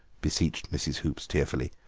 beseeched mrs. hoops tearfully,